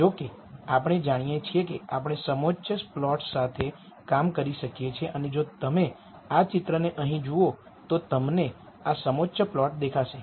જો કે આપણે જાણીએ છીએ કે આપણે સમોચ્ચ પ્લોટ સાથે કામ કરી શકીએ છીએ અને જો તમે આ ચિત્રને અહીં જુઓ તો તમને આ સમોચ્ચ પ્લોટ્સ દેખાશે